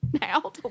now